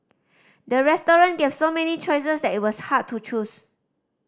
the restaurant gave so many choices that it was hard to choose